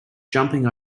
jumping